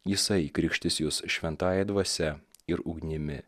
jisai krikštys jus šventąja dvasia ir ugnimi